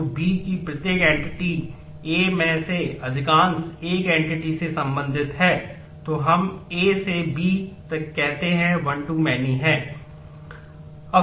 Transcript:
तो A में 1 entity से संबंधित है तो हम A से B तक कहते हैं 1 to many है